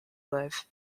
live